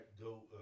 go